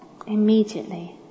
Immediately